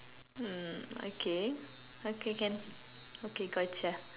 hmm okay okay can okay got you